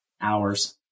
hours